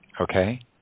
Okay